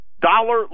dollar